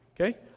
Okay